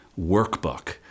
workbook